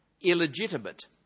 illegitimate